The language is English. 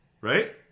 right